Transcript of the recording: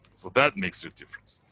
so that makes a difference.